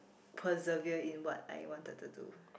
persevere in what I wanted to do